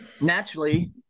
naturally